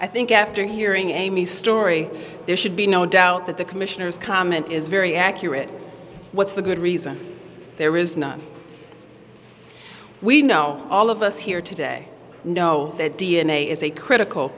i think after hearing amy story there should be no doubt that the commissioner's comment is very accurate what's the good reason there is none we know all of us here today know that d n a is a critical